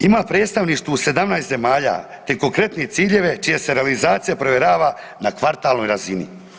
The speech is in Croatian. Ima predstavništvo u 17 zemalja te konkretne ciljeve čija se realizacija provjerava na kvartalnoj razini.